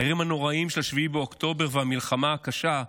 האירועים הנוראיים של 7 באוקטובר והמלחמה הקשה,